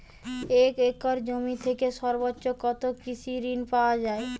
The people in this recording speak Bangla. এক একর জমি থেকে সর্বোচ্চ কত কৃষিঋণ পাওয়া য়ায়?